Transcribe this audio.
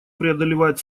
преодолевает